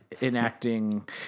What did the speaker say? enacting